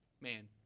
Man